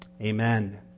Amen